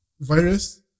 virus